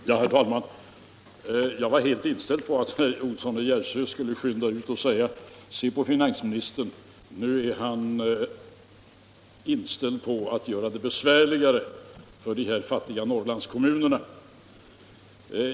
Herr talman! Jag var helt inställd på att herr Olsson i Järvsö skulle skynda till och säga: Se på finansministern — nu vill han göra det besvärligare för de fattiga Norrlandskommunerna.